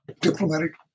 diplomatic